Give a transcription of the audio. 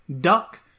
duck